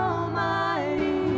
Almighty